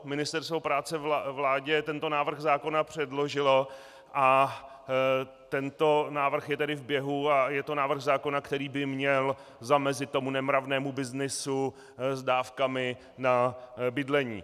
Ministerstvo práce vládě tento návrh zákona předložilo a tento návrh je tedy v běhu a je to návrh zákona, který by měl zamezit nemravnému byznysu s dávkami na bydlení.